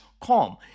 calm